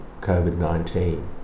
COVID-19